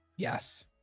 Yes